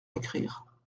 écrire